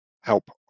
help